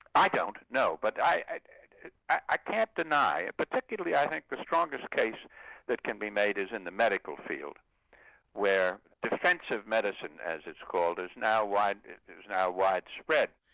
i don't, no. but i i can't deny, particularly i think the strongest case that can be made is in the medical field where defensive medicine, as it's called, is now is now widespread.